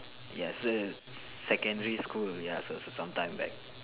yes secondary school ya some time back